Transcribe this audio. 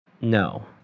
No